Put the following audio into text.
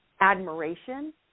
admiration